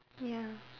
ya